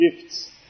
gifts